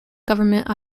government